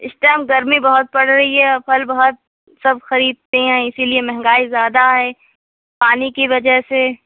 اس time گرمی بہت پڑ رہی ہے پھل بہت سب خریدتے ہیں اسی لیے مہنگائی زیادہ ہے پانی کی وجہ سے